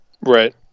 right